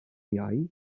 iau